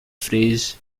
phrase